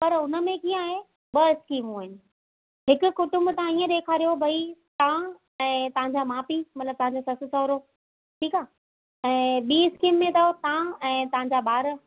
पर उनमें कीअं आहे ॿ स्कीमूं आहिनि हिकु कुटुंबु तव्हां ईअं ॾेखारियो भई तव्हां ऐं तव्हांजा माउ पीउ मतिलबु तव्हांजो ससि सहुरो ठीकु आहे ऐं ॿी स्कीम में अथव तव्हां ऐं तव्हांजा ॿार